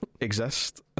exist